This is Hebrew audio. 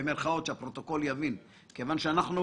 במירכאות, שהפרוטוקול יבין, כיוון שאנחנו